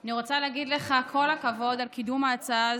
אני רוצה להגיד לך כל הכבוד על קידום ההצעה הזאת.